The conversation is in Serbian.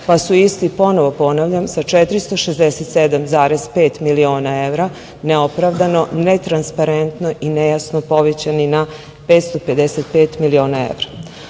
pa su isti, ponovo ponavljam, sa 467,5 miliona evra neopravdano, netransparentno i nejasno povećani na 555 miliona evra. Ovaj